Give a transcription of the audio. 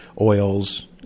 oils